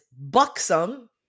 buxom